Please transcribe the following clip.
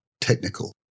Technical